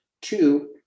Two